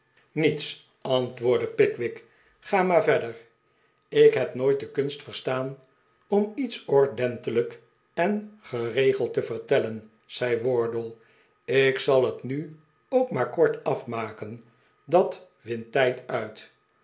niets antwoordde pickwick ga maar verder ik heb nooit de kunst verstaan om iets ordentelijk en geregeld te vertellen zei wardle ik zal het nu ook maar kort afmaken dat wint tijd uit